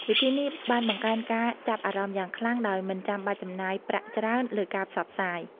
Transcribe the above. វិធីនេះបានបង្កើនការចាប់អារម្មណ៍យ៉ាងខ្លាំងដោយមិនចាំបាច់ចំណាយប្រាក់ច្រើនលើការផ្សព្វផ្សាយ។